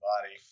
body